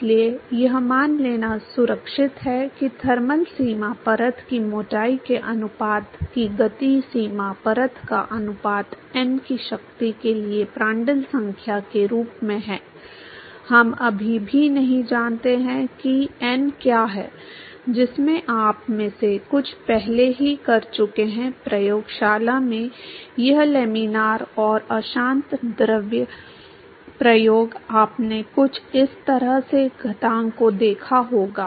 इसलिए यह मान लेना सुरक्षित है कि थर्मल सीमा परत की मोटाई के अनुपात की गति सीमा परत का अनुपात n की शक्ति के लिए प्रांड्ल संख्या के रूप में है हम अभी भी नहीं जानते हैं कि n क्या है जिसमें आप में से कुछ पहले ही कर चुके हैं प्रयोगशाला में यह लेमिनार और अशांत द्रव प्रयोग आपने कुछ इस तरह के घातांक को देखा होगा